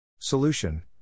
Solution